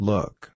Look